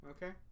Okay